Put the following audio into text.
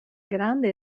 grande